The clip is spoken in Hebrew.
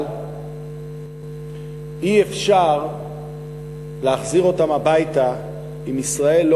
אבל אי-אפשר להחזיר אותם הביתה אם ישראל לא